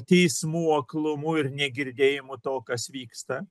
teismų aklumu ir negirdėjimu to kas vyksta